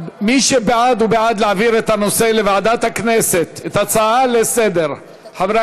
חברי